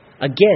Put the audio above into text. Again